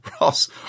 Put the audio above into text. Ross